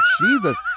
Jesus